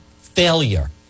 failure